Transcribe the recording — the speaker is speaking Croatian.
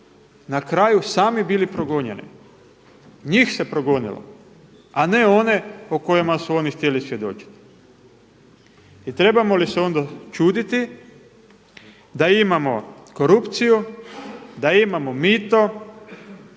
na kraju sami bili progonjeni, njih se progonilo, a ne one o kojima su oni htjeli svjedočiti. I trebamo li se onda čuditi da imamo korupciju, da imamo mito,